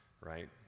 right